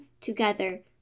together